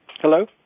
Hello